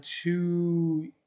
two